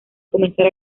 comenzar